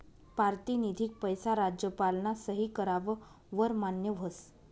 पारतिनिधिक पैसा राज्यपालना सही कराव वर मान्य व्हस